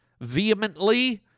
vehemently